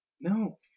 No